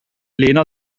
lena